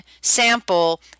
sample